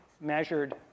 measured